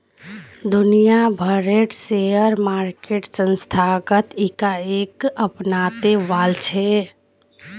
दुनिया भरेर share market संस्थागत इकाईक अपनाते वॉल्छे